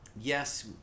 Yes